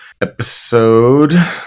episode